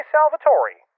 Salvatore